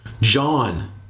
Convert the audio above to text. John